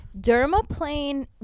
Dermaplane